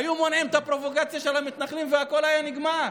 היו מונעים את הפרובוקציה של המתנחלים והכול היה נגמר.